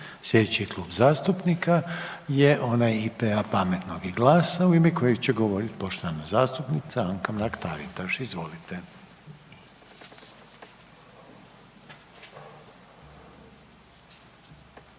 Slijedeći Klub zastupnika je onaj IP-a, Pametnog i GLAS-a u ime kojeg će govorit poštovana zastupnica Anka Mrak-Taritaš, izvolite.